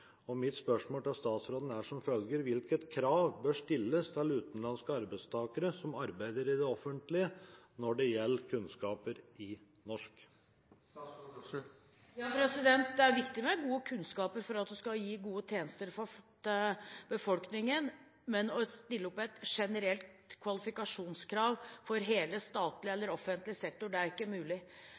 norsk. Mitt spørsmål til statsråden er som følger: Hvilket krav bør stilles til utenlandske arbeidstakere som arbeider i det offentlige, når det gjelder kunnskaper i norsk? Det er viktig med gode kunnskaper for å kunne gi gode tjenester til befolkningen, men å stille opp et generelt kvalifikasjonskrav for hele statlig eller offentlig sektor, det er ikke mulig.